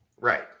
Right